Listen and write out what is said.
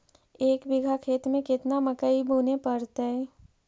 एक बिघा खेत में केतना मकई बुने पड़तै?